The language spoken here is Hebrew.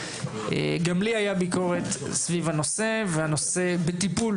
גם לי הייתה ביקורת סביב הנושא והנושא בטיפול,